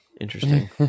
Interesting